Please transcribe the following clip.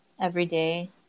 everyday